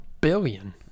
billion